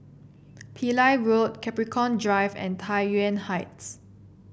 Pillai Road Capricorn Drive and Tai Yuan Heights